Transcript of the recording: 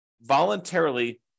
voluntarily